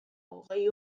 hogei